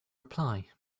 reply